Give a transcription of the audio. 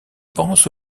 pense